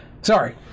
sorry